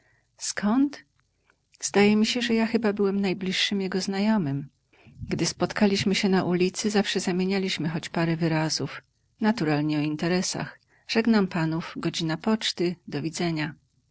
skąd zdaje mi się że ja chyba byłem najbliższym jego znajomym gdy spotkaliśmy się na ulicy zawsze zamienialiśmy choć parę wyrazów naturalnie o interesach żegnam panów godzina poczty do widzenia